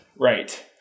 right